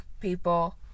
people